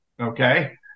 okay